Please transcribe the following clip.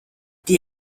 die